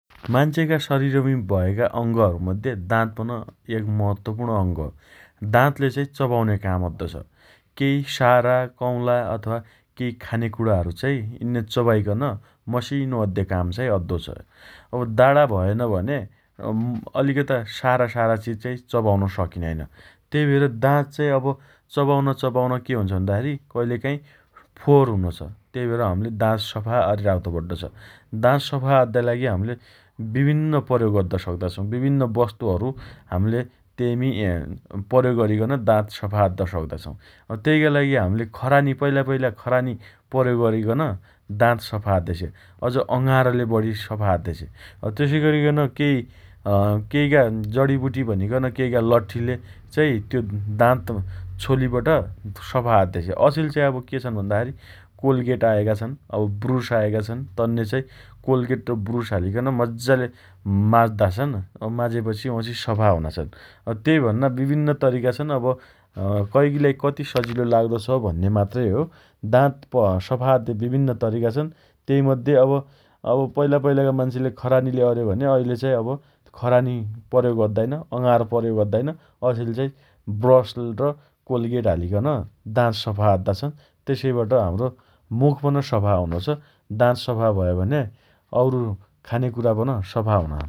मान्छेका शरिरमी भएका अंगहरुमध्ये दाँत पन एक महत्वपूर्ण अंग हो । दाँतले चपाउने काम अद्दो छ । केइ सारा कौला अथवा केइ खाने कुणाहरु चाइ यिन्ने चपाइकन मसिनो अद्दे काम चाइ अद्दो छ । अब दाणा भएन भने सारा सारा चिजचपाउन सकिनैन । तेइ भएर दाँत चाइ अब चपाउन चपाउन के हुन्छ भन्दाखेरी फोहोर हुनोछ । तेइ भएर हम्ले दाँत सफा अरिराख्तो पड्डो छ । दाँत सफा अद्दाइ लागि हम्ले विभिन्न प्रयोग अद्द सक्दा छौं । विभिन्न बस्तुहरु हम्ले तेइम प्रयोग अरिकन दात सफा अद्द सक्दा छौं । तेइका लागि हम्ले खरानी पैला पैला खरानी प्रयोग अरिकन दाँत सफा अद्दे छे । अझ अंगारले बढी सफा अद्देछे । तेसइअरिकन केइ अँ केइका जडिबुटी भनिकन अँ केइका लठ्ठिले चाइ अँ दात छोलिबट सफा अद्देछे । अचेल चाइ अब के छन् भन्दा कोल्गेट आयाका छन् । अब बुरुस आयाका छन् । तन्ने चाइ कोल्गेट र बुरुस हालिकन मज्जाले माझ्दा छन् । अँ माझेपछि वाउँछि सफा हुना छन् । अँ तेइभन्ना विभिन्न तरिका छन् । अब कैगीलाई कति सजिलो लाग्दो छ भन्ने मात्रै हो । दात प सफा अद्दे विभिन्न तरिका छन् । तेइमध्ये पैला पैलाका मान्छेले खरानीले अरे भने अहिले चाइ अब खरानी प्रयोग अद्दाइन । अंगार प्रयोग अद्दाइन । अचेलचाइ ब्रस र कोल्गेट हालीकन दात सफा अद्दा छन् । तेसइबट हम्रो मुखपन सफा हुनोछ । दाँत सफा भयो भने औरु खानेकरा पन सफा हुना छन् ।